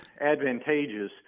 advantageous